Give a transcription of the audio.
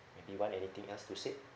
maybe Wan anything else to say